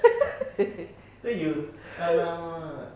then you !alamak!